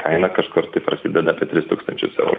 kaina kažkur tai prasideda apie tris tūkstančius eurų